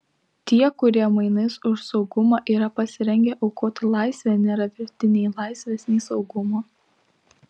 tie kurie mainais už saugumą yra pasirengę aukoti laisvę nėra verti nei laisvės nei saugumo